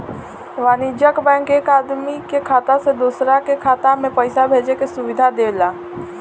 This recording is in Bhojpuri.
वाणिज्यिक बैंक एक आदमी के खाता से दूसरा के खाता में पईसा भेजे के सुविधा देला